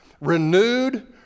renewed